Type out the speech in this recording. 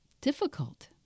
difficult